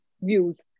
views